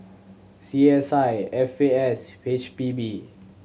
C S I F A S H P B